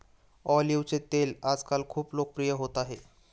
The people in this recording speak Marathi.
ऑलिव्हचे तेल आजकाल खूप लोकप्रिय होत आहे